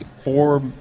Four